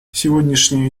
сегодняшняя